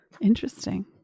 Interesting